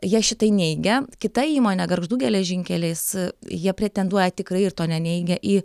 jie šitai neigia kita įmonė gargždų geležinkelis jie pretenduoja tikrai ir to neneigia į